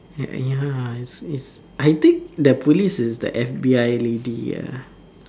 ya is I think the police is that F_B_I lady lah